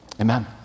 Amen